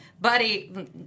buddy